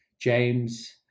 James